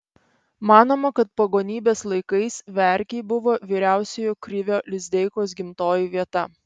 manoma kad pagonybės laikais verkiai buvo vyriausiojo krivio lizdeikos gimtoji vieta